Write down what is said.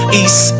east